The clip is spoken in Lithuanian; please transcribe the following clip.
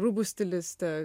rūbų stilistė